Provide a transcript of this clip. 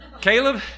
Caleb